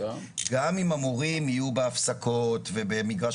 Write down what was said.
גם אם המורים יהיו בהפסקות ובמגרש